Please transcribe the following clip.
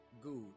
Good